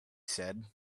said